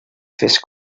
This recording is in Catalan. fes